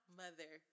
mother